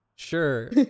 Sure